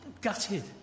gutted